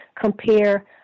compare